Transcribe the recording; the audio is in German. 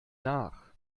nach